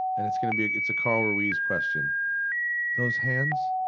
and it's gonna be. it's a carl ruiz question those hands?